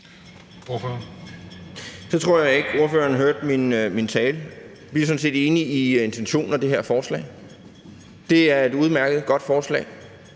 Så tror jeg ikke, ordføreren hørte min tale. Vi er sådan set enige i intentionen i det her forslag; det er et udmærket og godt forslag,